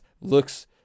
looks